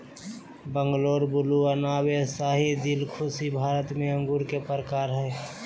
Bangalore blue, अनाब ए शाही, दिलखुशी भारत में अंगूर के प्रकार हय